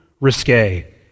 risque